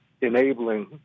enabling